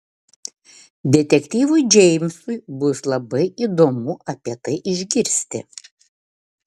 detektyvui džeimsui bus labai įdomu apie tai išgirsti